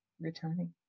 returning